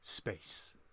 Space